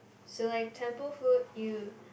so like temple food you